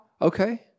Okay